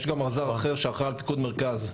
יש גם רז"ר אחר שאחראי על פיקוד מרכז.